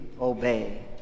obey